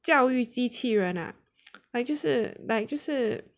教育机器人 ah like 就是 like 就是